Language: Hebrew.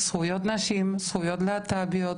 זכויות נשים, זכויות להט"ביות.